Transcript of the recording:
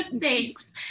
thanks